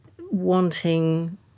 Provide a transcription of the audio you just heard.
wanting